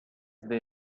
they